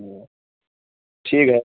ٹھیک ہے